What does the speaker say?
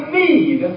need